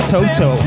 Toto